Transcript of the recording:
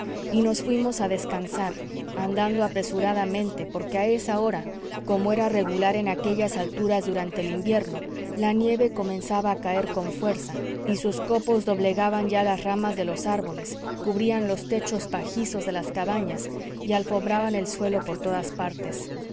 y nos fuimos a descansar andando apresuradamente porque a esa hora como era regular en aquellas alturas durante el invierno la nieve comenzaba a caer con fuerza y sus copos doblegaban ya las ramas de los árboles cubrían los techos pajizos de las cabañas y alfombraban el suelo por todas partes